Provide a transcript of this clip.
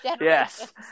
Yes